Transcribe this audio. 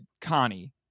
Connie